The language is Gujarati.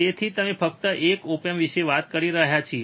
તેથી અમે ફક્ત એક ઓપ એમ્પ વિશે વાત કરી રહ્યા છીએ